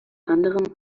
anderem